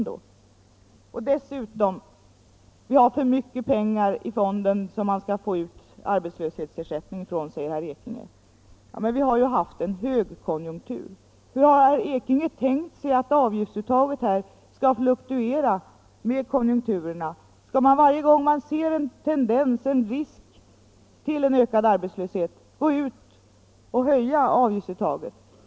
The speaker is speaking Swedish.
21 maj 1975 Vi har för mycket pengar i fonden som man skall få ut arbetslös — hetsersättning från, säger herr Ekinge. Men vi har ju haft en högkon = Årbetsmarknadsutjunktur! Har herr Ekinge tänkt sig att avgiftsuttaget skall fluktuera med = bildningen konjunkturerna? Skall vi varje gång vi ser en risk för ökad arbetslöshet höja avgiftsuttaget?